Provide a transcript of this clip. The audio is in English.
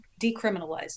decriminalized